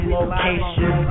location